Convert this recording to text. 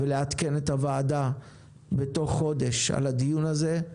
ולעדכן את הוועדה תוך חודש בדיון הזה.